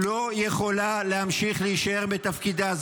-- לא יכולה להמשיך להישאר בתפקידה.